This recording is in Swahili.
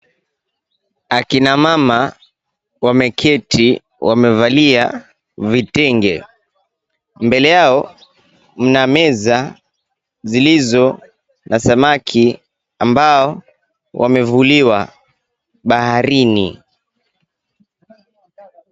Akina mama wameketi, wamevalia vitenge. Mbele yao mna meza zilizo na samaki ambao wamevuliwa baharini.